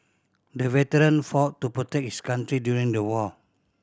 the veteran fought to protect his country during the war